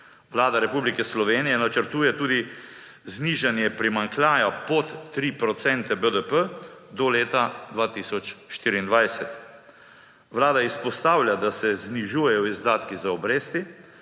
Vlada Republike Slovenije načrtuje tudi znižanje primanjkljaja pod 3 % BDP do leta 2024. Vlada izpostavlja, da se znižujejo izdatki za obresti,